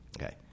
okay